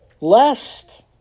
lest